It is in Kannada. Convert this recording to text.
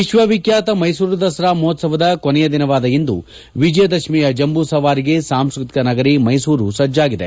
ವಿಶ್ವವಿಖ್ಯಾತ ಮೈಸೂರು ದಸರಾ ಮಹೋತ್ಸವದ ಕೊನೆಯ ದಿನವಾದ ಇಂದು ವಿಜಯದಶಮಿಯ ಜಂಬೂಸವಾರಿಗೆ ಸಾಂಸ್ಕೃತಿಕ ನಗರಿ ಮೈಸೂರು ಸಜ್ಣಾಗಿದೆ